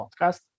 podcast